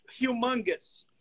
humongous